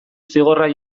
zigorra